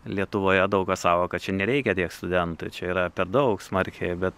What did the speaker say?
lietuvoje daug kas sako kad čia nereikia tiek studentų čia yra per daug smarkiai bet